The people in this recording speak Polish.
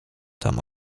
tam